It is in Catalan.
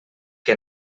que